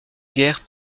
guerre